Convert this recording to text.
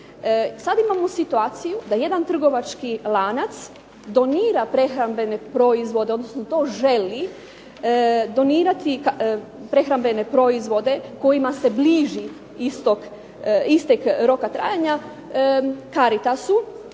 Sad imamo situaciju da jedan trgovački lanac donira prehrambene proizvode, odnosno to želi donirati prehrambene proizvode kojima se bliži istek roka trajanja Caritasu